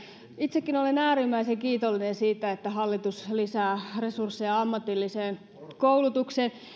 itsekin olen äärimmäisen kiitollinen siitä että hallitus lisää resursseja ammatilliseen koulutukseen